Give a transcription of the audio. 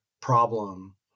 problem